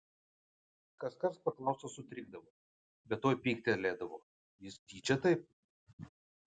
kaskart paklaustas sutrikdavo bet tuoj pyktelėdavo jis tyčia taip